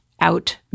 out